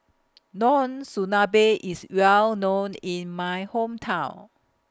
Monsunabe IS Well known in My Hometown